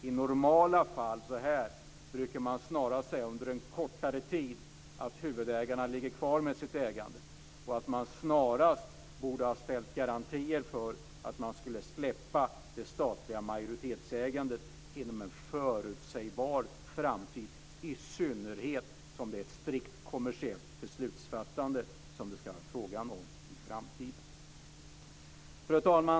I normala fall brukar man snarast säga att huvudägarna ligger kvar med sitt ägande under en kortare tid. Man borde snarast ha ställt ut garantier för att man ska släppa det statliga majoritetsägandet inom en förutsägbar framtid - i synnerhet som det är ett strikt kommersiellt beslutsfattande som det ska vara fråga om i framtiden. Fru talman!